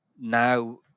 now